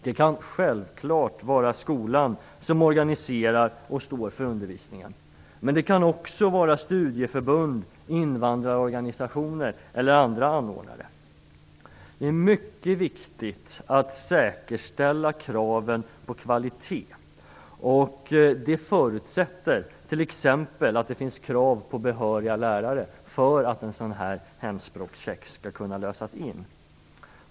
Det kan självfallet vara skolan som organiserar och står för undervisningen, men det kan också vara studieförbund, invandrarorganisationer eller andra anordnare. Det är mycket viktigt att säkerställa uppfyllandet av kraven på kvalitet. Det förutsätter t.ex. att kraven på behöriga lärare måste uppfyllas för att en hemspråkscheck skall kunna lösas in.